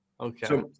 Okay